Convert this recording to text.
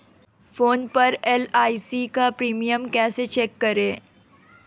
Phone पर LIC का premium कैसे चेक करें?